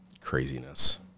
Craziness